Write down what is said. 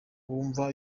bumva